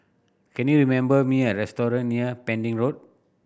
can you remember me a restaurant near Pending Road